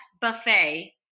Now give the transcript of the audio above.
buffet